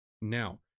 Now